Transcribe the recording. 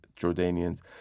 Jordanians